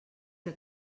que